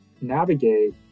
navigate